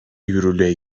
yürürlüğe